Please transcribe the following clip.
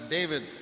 David